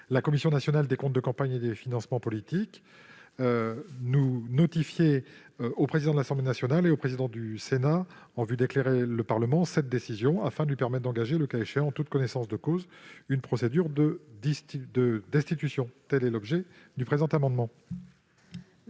la Commission nationale des comptes de campagne et des financements politiques notifie cette décision au président de l'Assemblée nationale et au président du Sénat, en vue d'éclairer le Parlement, afin de lui permettre d'engager, le cas échéant, en toute connaissance de cause, une procédure de destitution. Tel est l'objet du présent amendement.